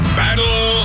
battle